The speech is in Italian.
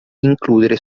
includere